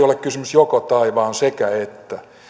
ole tässä joko tai vaan sekä että